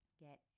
Get